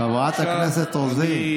חברת הכנסת רוזין.